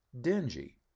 dingy